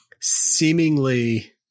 seemingly